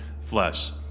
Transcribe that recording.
flesh